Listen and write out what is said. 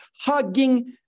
hugging